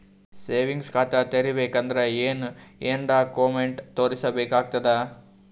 Savings ಖಾತಾ ತೇರಿಬೇಕಂದರ ಏನ್ ಏನ್ಡಾ ಕೊಮೆಂಟ ತೋರಿಸ ಬೇಕಾತದ?